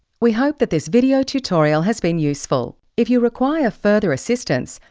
we hope that this video tutorial has been useful. if you require further assistance,